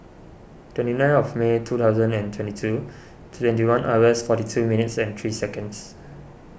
twenty nine of May two thousand and twenty two twenty one hours forty two minutes and three seconds